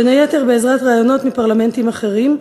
בין היתר בעזרת רעיונות מפרלמנטים אחרים,